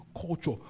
culture